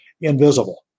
invisible